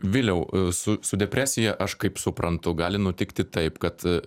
viliau su su depresija aš kaip suprantu gali nutikti taip kad